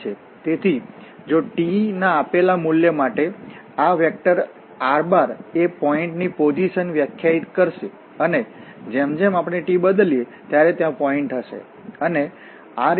તેથી જો t ના આપેલા મૂલ્ય માટે આ વેક્ટર r એ પોઇન્ટની પોઝિશન વ્યાખ્યાયિત કરશે અને જેમ જેમ આપણે t બદલીયે ત્યારે ત્યાં પોઇન્ટ હશે અને આ રીતે